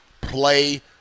play